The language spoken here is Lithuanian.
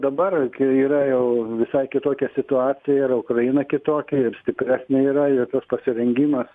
dabar kai yra jau visai kitokia situacija ir ukraina kitokia ir stipresnė yra ir tas pasirengimas